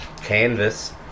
Canvas